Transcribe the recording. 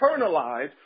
internalize